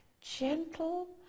gentle